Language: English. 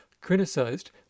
criticized